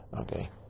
Okay